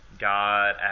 God